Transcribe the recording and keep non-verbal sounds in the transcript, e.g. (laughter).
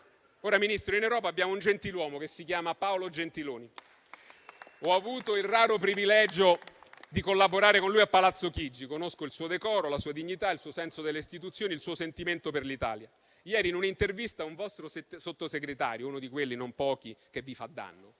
Ministro, in Europa abbiamo un gentiluomo che si chiama Paolo Gentiloni. (applause) Ho avuto il raro privilegio di collaborare con lui a Palazzo Chigi. Conosco il suo decoro, la sua dignità, il suo senso delle istituzioni e il suo sentimento per l'Italia. Ieri, in un'intervista a un vostro Sottosegretario, uno di quelli (non pochi) che vi fa e